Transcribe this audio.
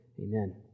Amen